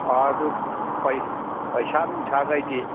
ꯑꯣ ꯑꯗꯨ ꯄꯩꯁꯥ ꯅꯨꯡꯁꯥꯒꯥꯏꯗꯤ